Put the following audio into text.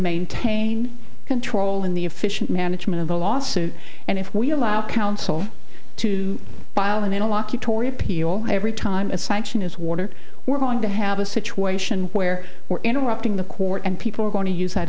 maintain control in the efficient management of the lawsuit and if we allow counsel to buy when they don't walk you tory appeal every time a sanction is water we're going to have a situation where we're interrupting the court and people are going to use that